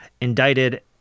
indicted